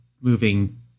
moving